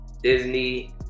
disney